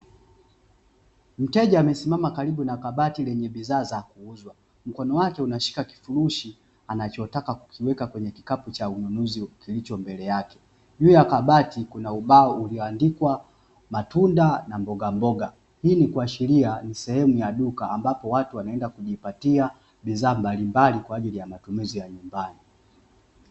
Mteja amesimama karibu na kabati lenye bidhaa za kuuzwa, mkono wake unashika kifurushi anachotaka kikiweka kwenye kikapu cha ununuzi kilicho mbele yake; juu ya kabati kuna ubao ulioandikwa matunda na mbogamboga. Hii ni kuashiria ni sehemu ya duka ambapo watu wanaenda kujipatia bidhaa mbalimbali kwa ajili ya matumizi ya nyumbani.